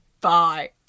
bye